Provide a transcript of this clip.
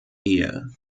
ehe